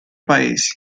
paesi